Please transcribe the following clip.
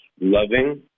loving